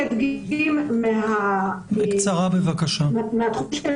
בקצרה, בבקשה.